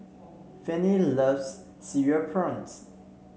Fannie loves Cereal Prawns